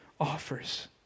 offers